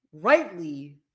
rightly